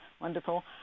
Wonderful